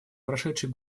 прошедший